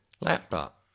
laptop